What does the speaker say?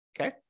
Okay